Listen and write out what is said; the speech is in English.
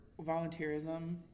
volunteerism